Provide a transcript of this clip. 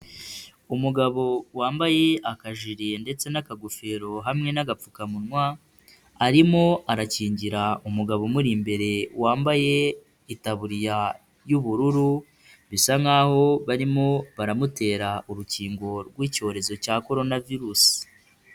Umugabo wambaye akajire ndetse n'akagofero hamwe n'agapfukamunwa, arimo arakingira umugabo umuri imbere wambaye itaburiya y'ubururu bisa nk'aho barimo baramutera urukingo rw'icyorezo cya Korona virus.